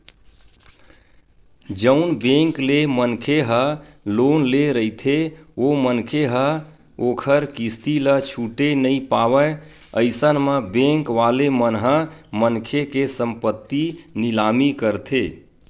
जउन बेंक ले मनखे ह लोन ले रहिथे ओ मनखे ह ओखर किस्ती ल छूटे नइ पावय अइसन म बेंक वाले मन ह मनखे के संपत्ति निलामी करथे